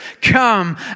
come